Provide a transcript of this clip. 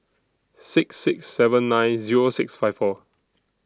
six six seven nine Zero six five four